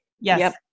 Yes